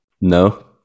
No